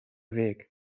weg